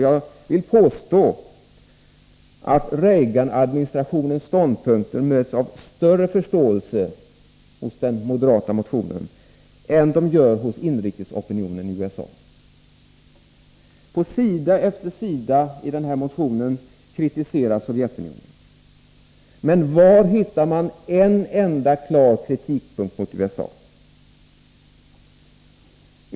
Jag vill påstå att Reaganadministrationens ståndpunkter möter större förståelse i den moderata motionen än de möter hos den inrikespolitiska opinionen i USA. På sida efter sida i denna motion kritiseras Sovjetunionen. Men var hittar man en enda klar kritikpunkt mot USA?